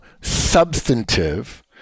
substantive